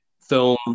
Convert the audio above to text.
film